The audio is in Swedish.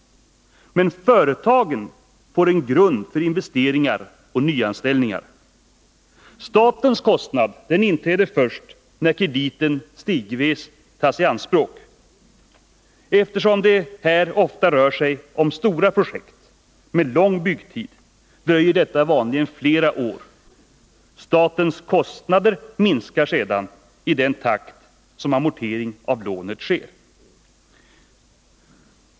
Men företagen får en grund för investeringar och nyanställningar. Statens kostnader inträder först när krediten stegvis tas i anspråk. Eftersom det här ofta rör sig om stora projekt med lång byggtid dröjer detta vanligen flera år. Statens kostnader minskar sedan i den takt som amortering av lånet sker.